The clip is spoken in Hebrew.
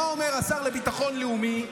מה אומר השר לביטחון לאומי?